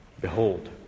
behold